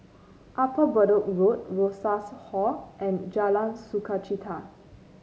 Upper Bedok Road Rosas Hall and Jalan Sukachita